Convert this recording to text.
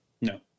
No